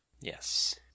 Yes